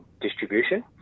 distribution